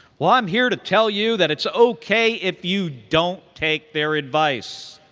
well, i'm here to tell you that it's ok if you don't take their advice.